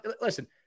listen